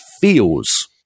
feels